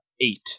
eight